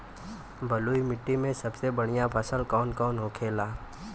बलुई मिट्टी में सबसे बढ़ियां फसल कौन कौन होखेला?